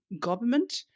government